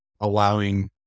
allowing